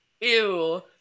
Ew